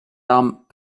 armes